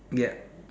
ya